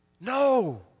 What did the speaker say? No